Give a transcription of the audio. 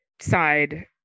side